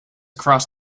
cross